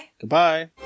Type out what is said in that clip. Goodbye